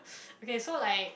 okay so like